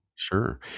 Sure